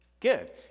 Good